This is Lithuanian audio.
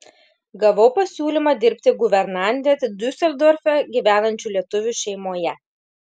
gavau pasiūlymą dirbti guvernante diuseldorfe gyvenančių lietuvių šeimoje